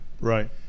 Right